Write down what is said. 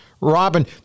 Robin